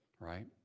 Right